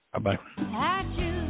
Bye-bye